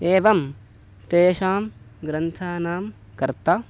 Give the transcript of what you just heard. एवं तेषां ग्रन्थानां कर्ता